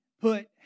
put